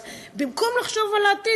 אז במקום לחשוב על העתיד,